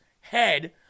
head